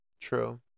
true